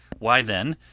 why, then,